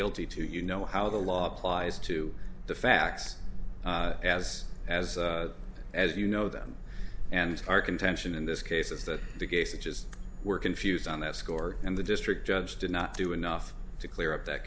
guilty to you know how the law applies to the facts as as as you know them and our contention in this case is that the gay switches were confused on that score and the district judge did not do enough to clear up th